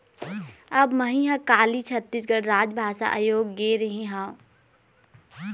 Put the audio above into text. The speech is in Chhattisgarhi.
अब मही ह काली छत्तीसगढ़ राजभाषा आयोग गे रेहे हँव